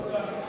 הוא כאן.